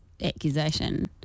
accusation